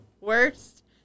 worst